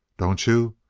don't you?